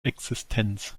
existenz